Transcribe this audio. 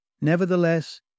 Nevertheless